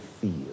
feel